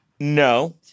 No